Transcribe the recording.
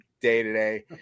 day-to-day